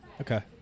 Okay